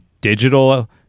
digital